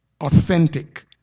authentic